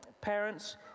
Parents